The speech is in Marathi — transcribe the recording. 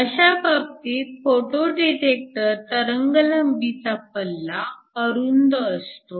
अशा बाबतीत फोटो डिटेक्टर तरंगलांबीचा पल्ला अरुंद असतो